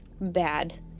bad